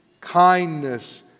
kindness